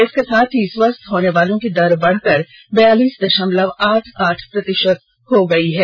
इसके साथ ही स्वस्थ होने वालों की दर बढ़कर बयालीस दशमलव आठ आठ प्रतिशत हो गई है